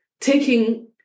taking